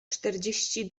czterdzieści